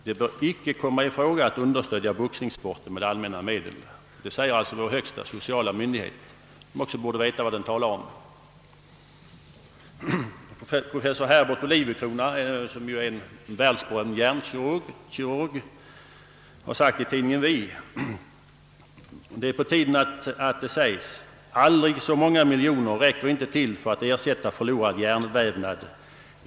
Det bör icke komma i fråga att understödja boxningssporten med allmänna medel.» Det säger alltså vår högsta sociala myndighet, som också borde veta vad den talar om. Professor Herbert Olivecrona, som ju är en världsberömd hjärnkirurg, har i tidningen Vi sagt följande: »Det är på tiden att det sägs: aldrig så många miljoner räcker inte till för att ersätta förlorad hjärnvävnad.